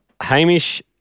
Hamish